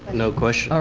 no questions. all